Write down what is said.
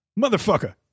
Motherfucker